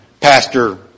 pastor